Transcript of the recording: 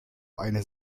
eine